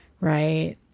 Right